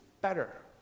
better